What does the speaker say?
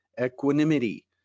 Equanimity